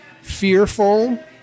fearful